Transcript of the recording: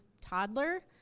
toddler